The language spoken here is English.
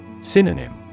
Synonym